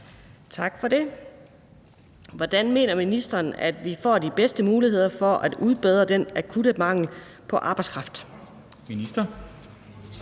Tak for det. Hvordan mener ministeren at vi får de bedste muligheder for at udbedre den akutte mangel på arbejdskraft?